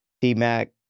T-Mac